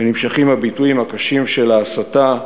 ונמשכים הביטויים הקשים של ההסתה,